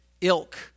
ilk